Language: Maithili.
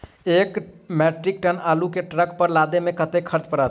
एक मैट्रिक टन आलु केँ ट्रक पर लदाबै मे कतेक खर्च पड़त?